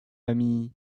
l’ami